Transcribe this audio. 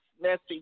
messy